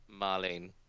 Marlene